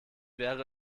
wäre